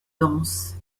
dense